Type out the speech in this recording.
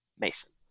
Mason